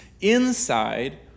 inside